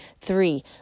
Three